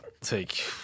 take